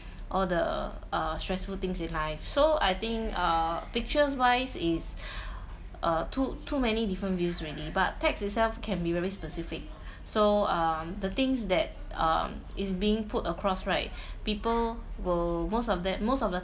all the uh stressful things in life so I think uh pictures wise is uh too too many different views already but texts itself can be very specific so um the things that um is being put across right people will most of that most of the